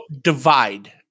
Divide